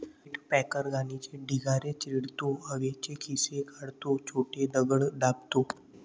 cultipacker घाणीचे ढिगारे चिरडतो, हवेचे खिसे काढतो, छोटे दगड दाबतो